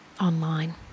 online